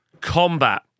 Combat